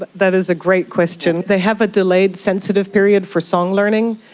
but that is a great question. they have a delayed sensitive period for song learning.